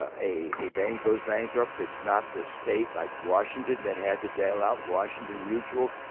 ah a a bank goes bankrupt, it's not the state like washington that had to bail out washington mutual.